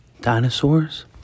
Dinosaurs